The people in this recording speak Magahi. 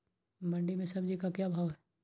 मंडी में सब्जी का क्या भाव हैँ?